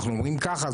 אנחנו אומרים ככה,